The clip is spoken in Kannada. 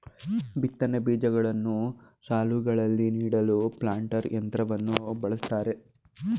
ಬಿತ್ತನೆ ಬೀಜಗಳನ್ನು ಸಾಲುಗಳಲ್ಲಿ ನೀಡಲು ಪ್ಲಾಂಟರ್ ಯಂತ್ರವನ್ನು ಬಳ್ಸತ್ತರೆ